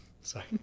Sorry